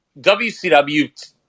WCW